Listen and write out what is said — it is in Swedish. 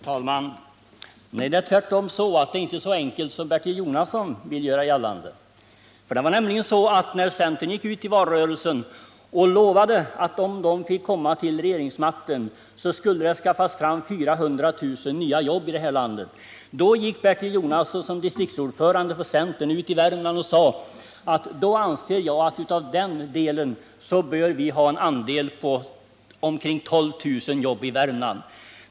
Herr talman! Nej, det är tvärtom på det sättet, att det är inte så enkelt som Bertil Jonasson vill göra gällande. Centern gick ju ut i valrörelsen och lovade att om centern fick komma till regeringsmakten skulle det skaffas fram 400 000 nya jobb i det här landet. Då gick Bertil Jonasson som distriktsordförande för centern i Värmland ut och sade att han ansåg att därav borde vi ha en andel på omkring 12 000 jobb i Värmland.